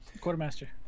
Quartermaster